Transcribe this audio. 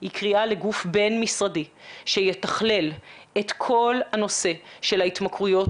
היא קריאה לגוף בין משרדי שיתכלל את כל הנושא של ההתמכרויות,